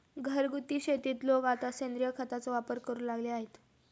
घरगुती शेतीत लोक आता सेंद्रिय खताचा वापर करू लागले आहेत